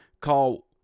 call